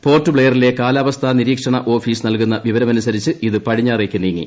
port ബ്ലെയറിലെ കാലാവസ്ഥാ നിരീക്ഷണ ഓഫീസ് നൽകുന്ന വിവരമനുസരിച്ച് ഇത് പടിഞ്ഞാറേക്ക് നീങ്ങി